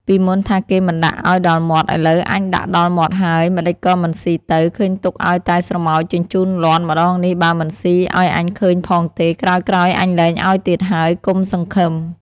ពីមុនថាគេមិនដាក់ឲ្យដល់មាត់ ឥឡូវអញដាក់ដល់មាត់ហើយ ម្តេចក៏មិនស៊ីទៅ ឃើញទុកឲ្យតែស្រមោចជញ្ជូនលាន់ ម្តងនេះបើមិនស៊ីឲ្យអញឃើញផងទេ ក្រោយៗអញលែងឲ្យទៀតហើយ កុំសង្ឃឹម!"។